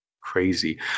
crazy